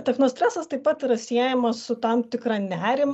techno stresas taip pat yra siejamas su tam tikrą nerim